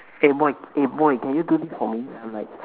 eh boy eh boy can you do this for me and I'm like